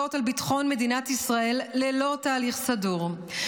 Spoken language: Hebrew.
על ביטחון מדינת ישראל ללא תהליך סדור,